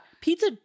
pizza